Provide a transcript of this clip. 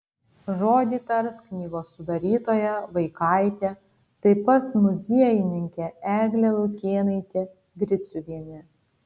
žodį tars knygos sudarytoja vaikaitė taip pat muziejininkė eglė lukėnaitė griciuvienė